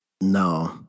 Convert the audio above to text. No